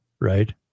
right